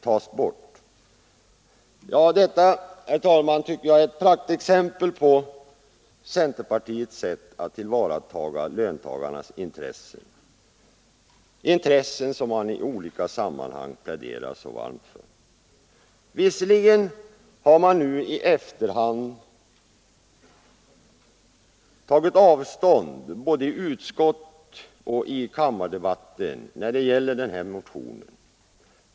Jag tycker, herr talman, att detta är ett praktexempel på centerpartiets sätt att tillvarata löntagarnas intressen, som man i olika sammanhang pläderar så varmt för. Visserligen har man nu i efterhand tagit avstånd, både i utskott och i kammardebatt, från vad som står i den här motionen.